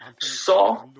saw